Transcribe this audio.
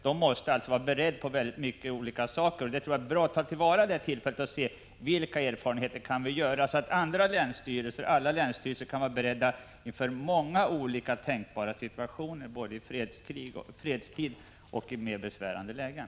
Man måste alltså vara beredd på många olika saker, och jag tror att det är bra att ta till vara det här tillfället för att se vilka erfarenheter man kan dra, så att alla länsstyrelser kan bereda sig för att möta olika tänkbara situationer, både i fredstid och i mer besvärande lägen.